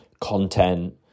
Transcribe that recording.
content